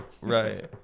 Right